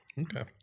Okay